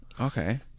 okay